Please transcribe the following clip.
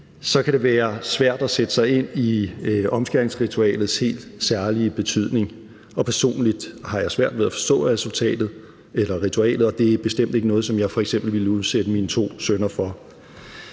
– kan det være svært at sætte sig ind i omskæringsritualets helt særlige betydning. Personligt har jeg svært ved at forstå ritualet, og det er bestemt ikke er noget, som jeg f.eks. ville udsætte mine to sønner for.